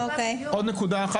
עוד נקודה אחת